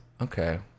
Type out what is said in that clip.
okay